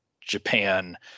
Japan